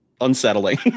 unsettling